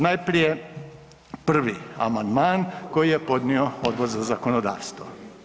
Najprije 1. amandman koji je podnio Odbor za zakonodavstvo.